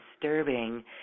disturbing